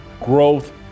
growth